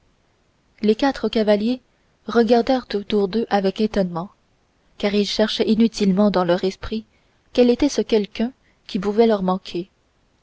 les quatre cavaliers regardèrent autour d'eux avec étonnement car ils cherchaient inutilement dans leur esprit quel était ce quelqu'un qui pouvait leur manquer